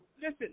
Listen